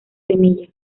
semillas